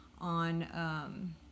on